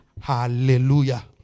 Hallelujah